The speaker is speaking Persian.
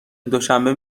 دوشنبه